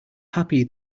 happy